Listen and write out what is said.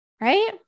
right